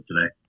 today